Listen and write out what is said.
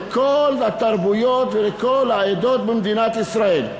לכל התרבויות ולכל העדות במדינת ישראל.